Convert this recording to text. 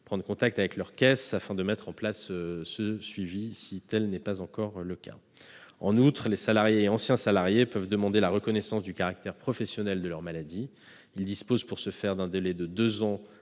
prendre contact avec leur caisse afin de mettre en place ce suivi, si tel n'est pas encore le cas. En outre, les salariés et anciens salariés peuvent demander la reconnaissance du caractère professionnel de leur maladie. Ils disposent pour ce faire d'un délai de deux ans